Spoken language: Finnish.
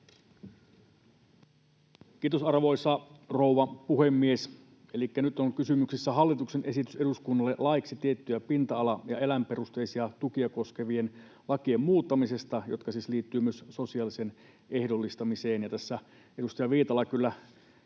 Kiitos, arvoisa rouva puhemies! Nyt on kysymyksessä hallituksen esitys eduskunnalle laeiksi tiettyjä pinta-ala- ja eläinperusteisia tukia koskevien lakien muuttamisesta, jotka siis liittyvät myös sosiaaliseen ehdollisuuteen. Tässä edustaja Viitala kyllä